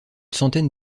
centaine